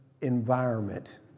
environment